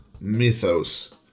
mythos